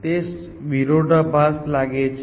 તે શબ્દોમાં વિરોધાભાસ લાગે છે